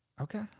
Okay